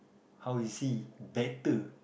how is he better